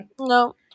no